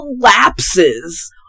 collapses